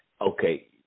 Okay